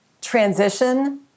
transition